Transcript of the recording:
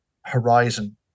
horizon